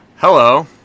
Hello